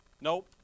Nope